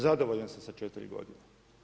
Zadovoljan sam sa 4 godine.